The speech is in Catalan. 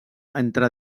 entre